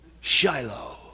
shiloh